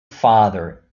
father